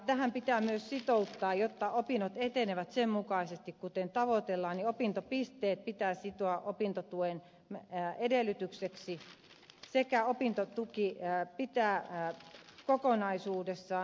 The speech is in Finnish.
tämä pitää myös itävaltaa jota opinnot etenevät sen mukaisesti kuten tavoitellaan opintopisteet pitää sitoa opintotuen ja edellytykseksi sekä opintotuki jää opintojen etenemiseen